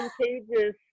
contagious